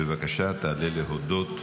בבקשה, תעלה להודות.